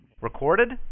Recorded